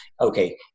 okay